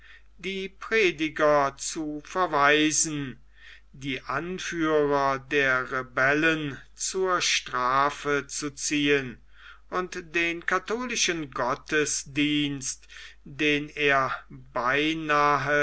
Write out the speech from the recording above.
die prediger zu verweisen die anführer der rebellen zur strafe zu ziehen und den katholischen gottesdienst den er beinahe